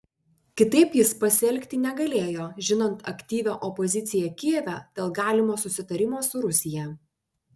kitaip jis pasielgti negalėjo žinant aktyvią opoziciją kijeve dėl galimo susitarimo su rusija